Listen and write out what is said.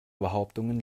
behauptungen